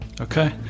Okay